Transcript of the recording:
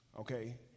okay